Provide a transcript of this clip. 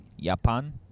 Japan